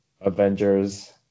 Avengers